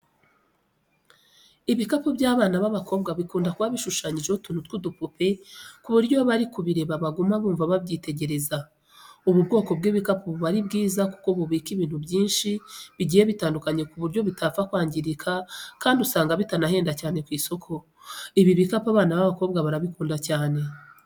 Ibikapu by'abana b'abakobwa bikunda kuba bishushanyijeho utuntu tw'udupupe ku buryo iyo bari kubireba baguma bumva babyitegereza. Ubu bwoko bw'ibikapu buba ari bwiza kuko bubika ibintu byinshi bigiye bitandukanye ku buryo bitapfa kwangirika kandi usanga bitanahenda cyane ku isoko. Ibi bikapu abana b'abakobwa barabikunda cyane.